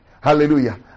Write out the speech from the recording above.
Hallelujah